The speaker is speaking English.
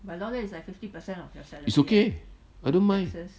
it's okay I don't mind